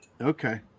Okay